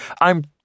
I'm